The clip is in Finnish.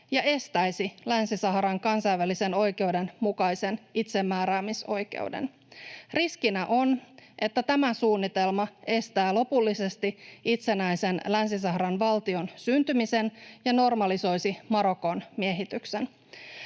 ja estäisi Länsi-Saharan kansainvälisen oikeuden mukaisen itsemääräämisoikeuden. Riskinä on, että tämä suunnitelma estää lopullisesti itsenäisen Länsi-Saharan valtion syntymisen ja normalisoisi Marokon miehityksen.